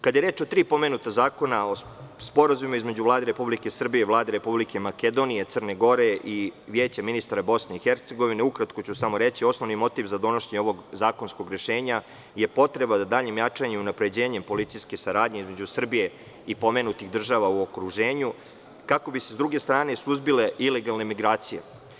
Kada je reč o tri pomenuta zakona, o sporazumima između Vlade Republike Srbije i Vlade Republike Makedonije, Crne Gore i Vijeća ministara BiH ukratko ću samo reći da je osnovni motiv za donošenje ovog zakonskog rešenja je potreba da daljim jačanjem i unapređenjem policijske saradnje između Srbije i pomenutih država u okruženju, kako bi se sa druge strane suzbile ilegalne migracije.